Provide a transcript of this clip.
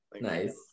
Nice